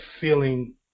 feeling